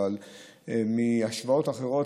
אבל מהשוואות אחרות,